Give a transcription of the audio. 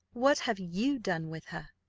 what have you done with her?